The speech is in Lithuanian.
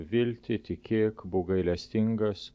viltį tikėk būk gailestingas